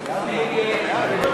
נגד?